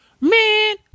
Man